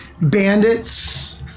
bandits